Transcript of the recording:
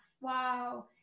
Wow